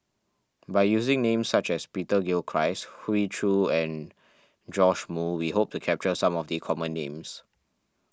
by using names such as Peter Gilchrist Hoey Choo and Joash Moo we hope to capture some of the common names